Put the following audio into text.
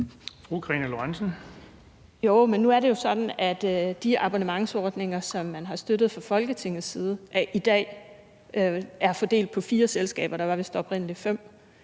nu er det jo sådan, at de abonnementsordninger, som man har støttet fra Folketingets side, i dag er fordelt på fire selskaber – der var vist oprindelig fem